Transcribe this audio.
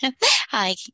Hi